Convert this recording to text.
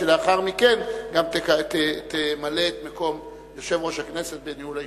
ולאחר מכן גם תמלא את מקום יושב-ראש הכנסת בניהול הישיבה.